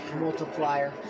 multiplier